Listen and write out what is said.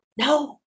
No